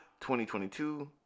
2022